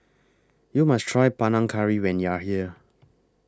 YOU must Try Panang Curry when YOU Are here